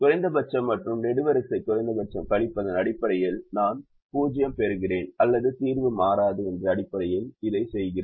குறைந்தபட்ச மற்றும் நெடுவரிசை குறைந்தபட்சத்தை கழிப்பதன் அடிப்படையில் நான் 0 பெறுகிறேன் அல்லது தீர்வு மாறாது என்ற அடிப்படையில் இதை செயகிறோம்